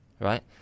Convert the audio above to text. right